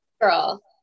girl